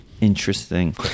Interesting